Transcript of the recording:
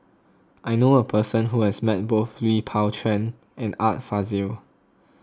I knew a person who has met both Lui Pao Chuen and Art Fazil